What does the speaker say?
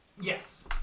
Yes